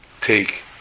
take